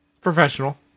Professional